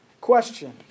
question